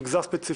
על מגזר ספציפי.